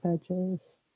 edges